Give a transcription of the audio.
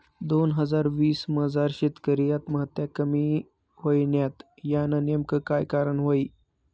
दोन हजार वीस मजार शेतकरी आत्महत्या कमी व्हयन्यात, यानं नेमकं काय कारण व्हयी?